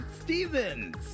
Stevens